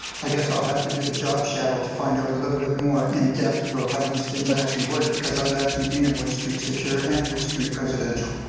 i guess i'll have to do the job shadow to find out a bit more in depth but how these things actually work because i have actually been in wood street secure and wood street residential.